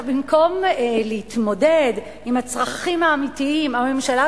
במקום להתמודד עם הצרכים האמיתיים, הממשלה